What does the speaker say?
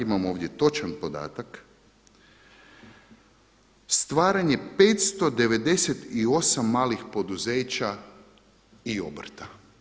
Imamo ovdje točan podatak stvaranje 598 malih poduzeća i obrta.